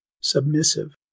submissive